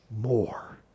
more